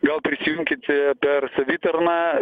gal prisijunkite per savitarną